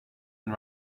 and